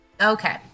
Okay